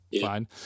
fine